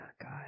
God